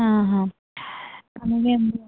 అలాగే అండి